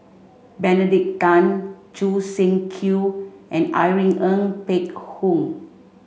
Benedict Tan Choo Seng Quee and Irene Ng Phek Hoong